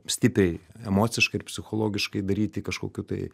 stipriai emociškai ir psichologiškai daryti kažkokių tai